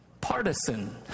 Partisan